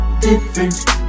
different